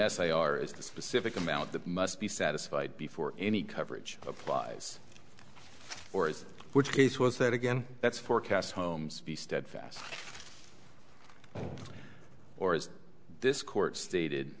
essay r is a specific amount that must be satisfied before any coverage applies or is which case was that again that's forecast homes be steadfast or is this court stated